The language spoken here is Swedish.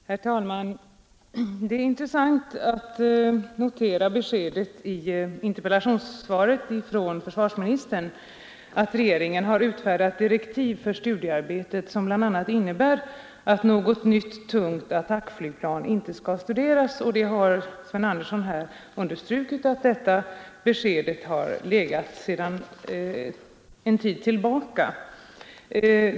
Herr talman! Det är intressant att notera beskedet i interpellationssvaret från försvarsministern att regeringen har utfärdat direktiv för studiearbetet, som bland annat innebär att något nytt tungt attackflygplan inte skall studeras, och Sven Andersson har här understrukit att det beskedet har legat sedan en tid tillbaka.